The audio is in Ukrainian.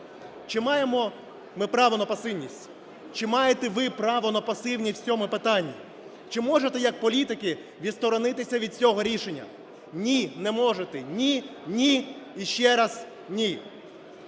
Чи маємо ми право на пасивність? Чи маєте ви право на пасивність в цьому питанні? Чи можете, як політики, відсторонитися від цього рішення? ні, не можете. Ні, ні і ще раз ні.